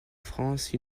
france